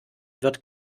wird